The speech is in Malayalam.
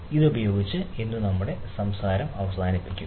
ഇതുപയോഗിച്ച് ഇന്ന് നമ്മുടെ സംസാരം അവസാനിപ്പിക്കും